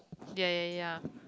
ya ya ya